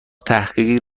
تحقیقی